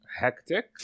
Hectic